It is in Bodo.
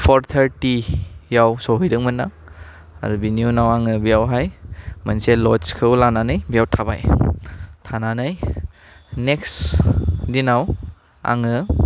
फर थारटियाव सहैदोंमोन आरो बेनि उनाव आङो बेयावहाय मोनसे लडचखौ लानानै बेयाव थाबाय थानानै नेक्स दिनाव आङो